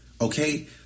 okay